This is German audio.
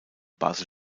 basel